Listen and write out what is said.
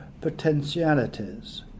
potentialities